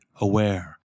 aware